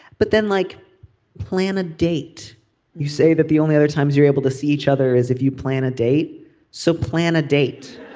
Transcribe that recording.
but then like plan a date you say that the only other times you're able to see each other is if you plan a date so plan a date